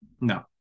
No